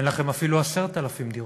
אין לכם אפילו 10,000 דירות.